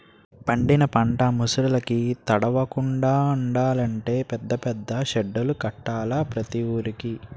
పండిన పంట ముసుర్లుకి తడవకుండలంటే పెద్ద పెద్ద సెడ్డులు కట్టాల ప్రతి వూరికి